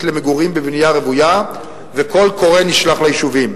למגורים בבנייה רוויה וקול קורא נשלח ליישובים.